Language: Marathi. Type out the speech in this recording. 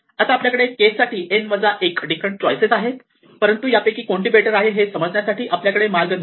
आता आपल्याकडे k साठी n वजा 1 डिफरंट चॉईस आहेत परंतु यापैकी कोणती बेटर आहे हे समजण्यासाठी आपल्याकडे मार्ग नाही